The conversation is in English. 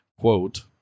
quote